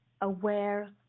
aware